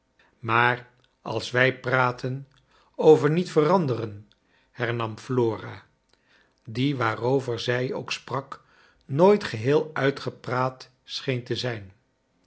maar als wfj praten over niet veranderen liernam flora die waarover zij ook sprak nooit geheel uitgepraat scheen te zijn